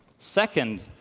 second,